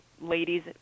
ladies